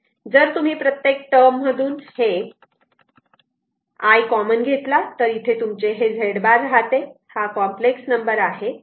जर तुम्ही प्रत्येक टर्म मधून I कॉमन घेतला तर इथे तुमचे हे Z बार राहते हा कॉम्प्लेक्स नंबर आहे